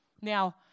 Now